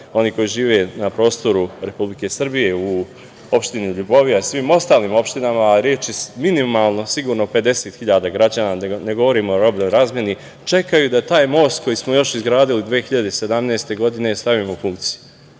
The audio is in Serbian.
onih koji žive na prostoru Republike Srbije u opštini Ljubovija i svim ostalim opštinama, reč je minimalno, sigurno, o 50.000 građana, da ne govorimo o robnoj razmeni, čekaju da taj most, koji smo još izgradili 2017. godine stavimo u funkciju.